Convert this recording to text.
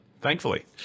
Thankfully